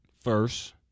first